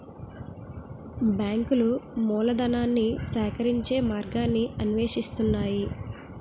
బ్యాంకులు మూలధనాన్ని సేకరించే మార్గాన్ని అన్వేషిస్తాయి